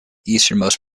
easternmost